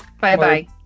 bye-bye